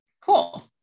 Cool